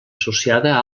associada